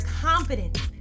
confidence